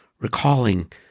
recalling